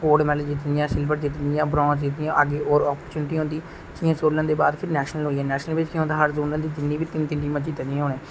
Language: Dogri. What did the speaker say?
मतलब सिलबर जितदी ब्राउन जितदी और आपचूरनिटी होंदी जियां योनल दे बाद नेशनल होई गया नेशनल बिच केह् होंदा हा योनल दी जिन्नी बी तिन तिन टीमा जितदी होन